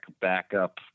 backup